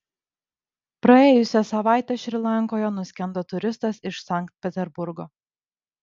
praėjusią savaitę šri lankoje nuskendo turistas iš sankt peterburgo